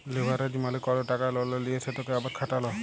leverage মালে কল টাকা ললে লিঁয়ে সেটকে আবার খাটালো